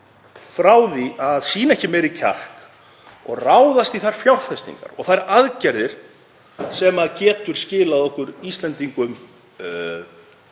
fyrir því að sýna ekki meiri kjark og ráðast í þær fjárfestingar og þær aðgerðir sem geta skilað okkur Íslendingum